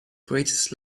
greatest